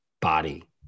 body